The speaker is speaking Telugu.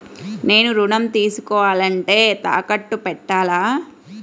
నేను ఋణం తీసుకోవాలంటే తాకట్టు పెట్టాలా?